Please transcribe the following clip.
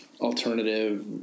alternative